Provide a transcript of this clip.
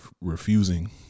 refusing